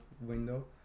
window